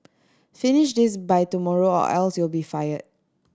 finish this by tomorrow or else you'll be fired